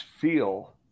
feel